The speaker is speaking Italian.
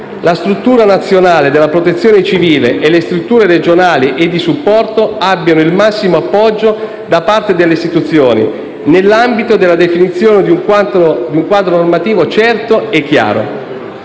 la struttura nazionale della Protezione civile e le strutture regionali e di supporto abbiano il massimo appoggio da parte delle istituzioni, nell'ambito della definizione di un quadro normativo certo e chiaro.